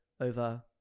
over